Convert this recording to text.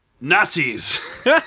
Nazis